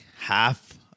half